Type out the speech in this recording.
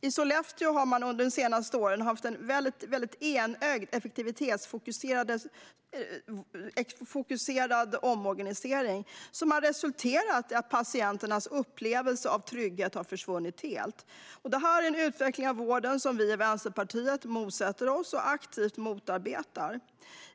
I Sollefteå har man under de senaste åren haft en väldigt enögd effektivitetsfokuserad omorganisering. Det har resulterat i att patienternas upplevelse av trygghet helt har försvunnit. Det är en utveckling av vården som vi i Vänsterpartiet motsätter oss och aktivt motarbetar.